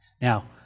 Now